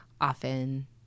often